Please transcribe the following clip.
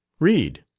read.